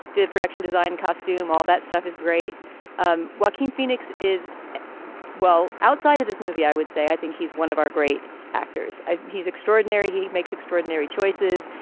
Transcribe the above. the production design costume all that stuff is great um walking phoenix is well outside of this movie i would say i think he's one of our great actors. he's he's extraordinary. he makes extraordinary choices.